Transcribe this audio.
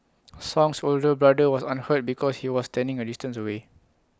song's older brother was unhurt because he was standing A distance away